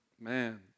man